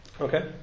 Okay